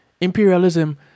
imperialism